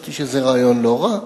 וחשבתי שזה רעיון לא רע,